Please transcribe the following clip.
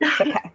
okay